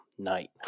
night